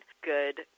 good